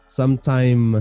sometime